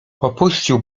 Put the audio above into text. opuścił